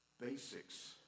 basics